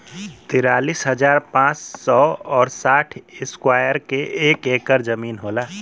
तिरालिस हजार पांच सौ और साठ इस्क्वायर के एक ऐकर जमीन होला